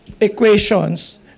equations